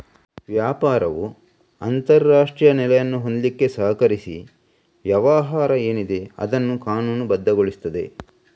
ವ್ಯಾಪಾರವು ಅಂತಾರಾಷ್ಟ್ರೀಯ ನೆಲೆಯನ್ನು ಹೊಂದ್ಲಿಕ್ಕೆ ಸಹಕರಿಸಿ ವ್ಯವಹಾರ ಏನಿದೆ ಅದನ್ನ ಕಾನೂನುಬದ್ಧಗೊಳಿಸ್ತದೆ